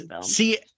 see